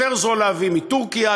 יותר זול להביא מטורקיה,